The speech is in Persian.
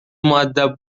مودب